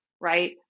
right